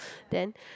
then